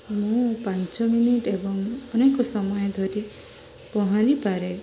ମୁଁ ପାଞ୍ଚ ମିନିଟ୍ ଏବଂ ଅନେକ ସମୟ ଧରି ପହଁରିିପାରେ